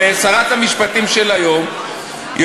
ושרת המשפטים של היום,